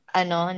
ano